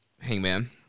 Hangman